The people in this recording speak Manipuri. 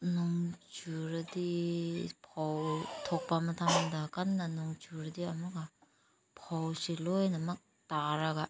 ꯅꯣꯡ ꯆꯨꯔꯗꯤ ꯐꯧ ꯊꯣꯛꯄ ꯃꯇꯥꯡꯗ ꯀꯟꯅ ꯅꯣꯡ ꯆꯨꯔꯗꯤ ꯑꯃꯨꯛꯀ ꯐꯧꯁꯦ ꯂꯣꯏꯅꯃꯛ ꯇꯥꯔꯒ